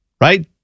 right